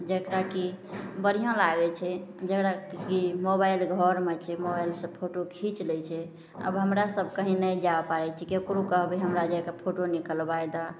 जकरा की बढ़िआँ लागय छै जकरा की मोबाइल घरमे छै मोबाइलसँ फोटो खीच लै छै आब हमरा सब कहीं नहि जा पाबय छियै ककरो कहबय हमरा जरके फोटो निकलबाइ दऽ